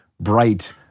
bright